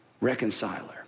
reconciler